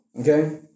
okay